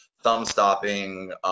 thumb-stopping